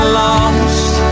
lost